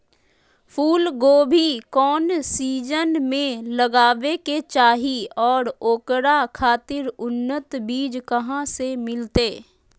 फूलगोभी कौन सीजन में लगावे के चाही और ओकरा खातिर उन्नत बिज कहा से मिलते?